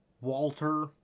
Walter